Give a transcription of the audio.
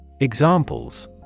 Examples